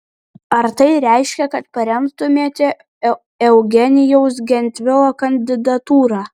ar tai reiškia kad paremtumėte eugenijaus gentvilo kandidatūrą